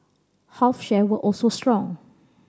health share were also strong